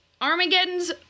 Armageddon's